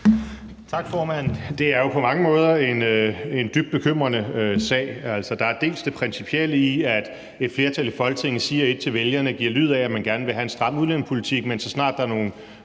Tak, formand. Det er jo på mange måder en dybt bekymrende sag. Der er først det principielle i, at et flertal i Folketinget siger ét til vælgerne, giver indtryk af, at man gerne vil have en stram udlændingepolitik, men så snart der er nogle